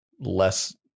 less